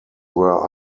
were